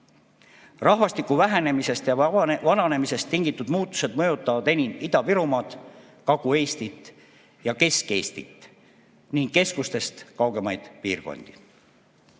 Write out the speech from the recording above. Rahvastiku vähenemisest ja vananemisest tingitud muutused mõjutavad enim Ida‑Virumaad, Kagu‑Eestit ja Kesk‑Eestit ning keskustest kaugemaid piirkondi.